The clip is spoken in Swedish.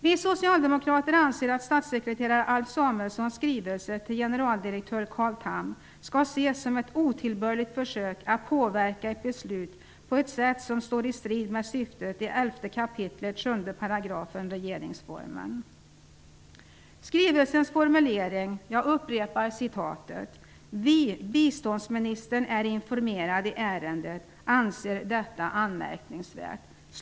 Vi socialdemokrater anser att statssekreterare Alf Tham skall ses som ett otillbörligt försök att påverka ett beslut på ett sätt som står i strid med syftet i 11 kap. 7 § regeringsformen. Jag upprepar skrivelsens formulering: ''Vi, biståndsministern är informerad i ärendet, anser detta anmärkningsvärt.''